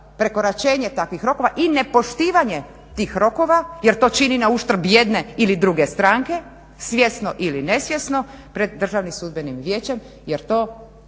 prekoračenje takvih rokova i nepoštivanje tih rokova je to čini na uštrb jedne ili druge stranke, svjesno ili nesvjesno pred državni sudbenim vijećem jer to